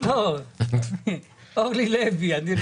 אורלי לוי.